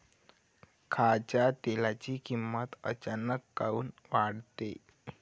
खाच्या तेलाची किमत अचानक काऊन वाढते?